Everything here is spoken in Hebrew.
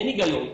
אין הגיון.